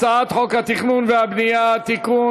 הצעת חוק התכנון והבנייה (תיקון,